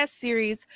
series